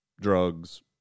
drugs